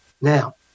Now